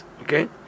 Okay